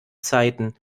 zeiten